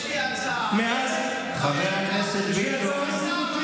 יש לי הצעה: היום, חבר הכנסת ביטון.